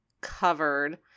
covered